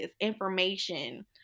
information